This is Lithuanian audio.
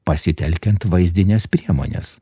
pasitelkiant vaizdines priemones